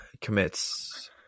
commits